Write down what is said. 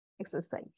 exercise